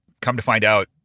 come-to-find-out